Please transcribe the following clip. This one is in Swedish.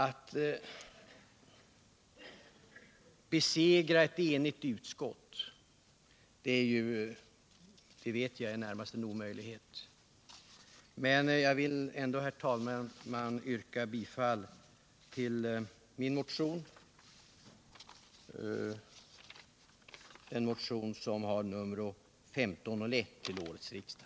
Att besegra ett enigt utskott vet jag är närmast omöjligt, men jag vill ändå, herr talman, yrka bifall till min motion 1501 till årets riksmöte.